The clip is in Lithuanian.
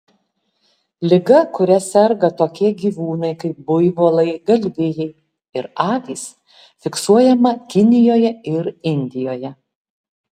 liga kuria serga tokie gyvūnai kaip buivolai galvijai ir avys fiksuojama kinijoje ir indijoje